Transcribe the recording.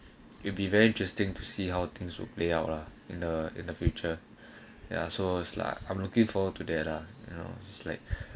it'll be very interesting to see how things would play out lah in the in the future ya so I'm looking forward to that ah you know it's like